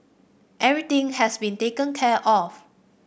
everything has been taken care of